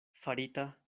farita